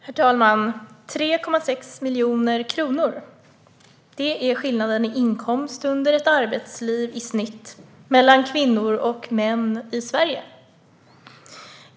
Herr talman! 3,6 miljoner kronor är i snitt skillnaden i inkomst under ett arbetsliv mellan kvinnor och män i Sverige.